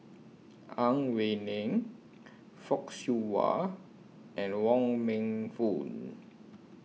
Ang Wei Neng Fock Siew Wah and Wong Meng Voon